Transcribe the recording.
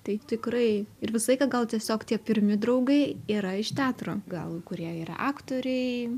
tai tikrai ir visą laiką gal tiesiog tie pirmi draugai yra iš teatro gal kurie yra aktoriai